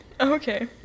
Okay